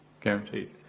Guaranteed